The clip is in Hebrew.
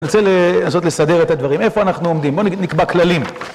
אני רוצה לנסות לסדר את הדברים. איפה אנחנו עומדים? בואו נקבע כללים.